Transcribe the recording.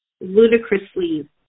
ludicrously